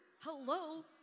Hello